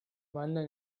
wandern